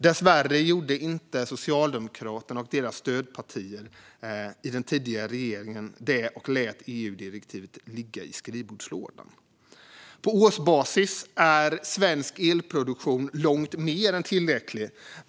Dessvärre gjorde inte den tidigare regeringen med Socialdemokraterna och deras stödpartier det, och man lät EU-direktivet ligga i skrivbordslådan. På årsbasis är svensk elproduktion långt mer än tillräcklig.